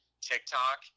TikTok